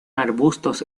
arbustos